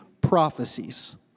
prophecies